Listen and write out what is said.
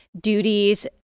duties